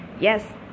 yes